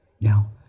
Now